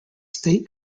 state